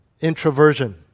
introversion